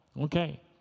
Okay